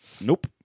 Nope